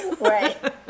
Right